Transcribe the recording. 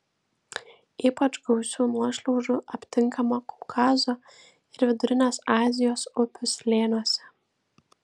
ypač gausių nuošliaužų aptinkama kaukazo ir vidurinės azijos upių slėniuose